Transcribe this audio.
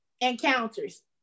encounters